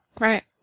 Right